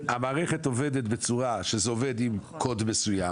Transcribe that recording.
המערכת עובדת בצורה שזה עובד עם קוד מסוים